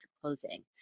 closing